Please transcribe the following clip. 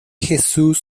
jesús